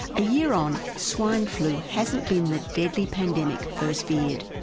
a year on, swine flu hasn't been the deadly pandemic first feared,